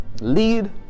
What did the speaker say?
Lead